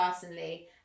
personally